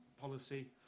policy